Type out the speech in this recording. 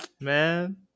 Man